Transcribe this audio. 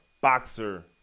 boxer